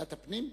ועדת הפנים?